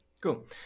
Cool